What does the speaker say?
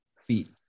Feet